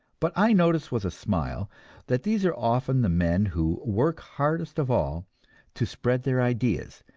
but i notice with a smile that these are often the men who work hardest of all to spread their ideas,